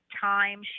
time